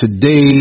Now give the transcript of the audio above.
today